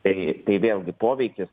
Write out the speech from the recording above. tai tai vėlgi poveikis